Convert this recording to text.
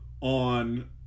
on